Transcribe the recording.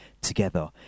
together